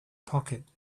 pocket